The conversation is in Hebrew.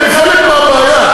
הם חלק מהבעיה,